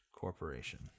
Corporation